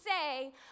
say